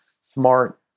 smart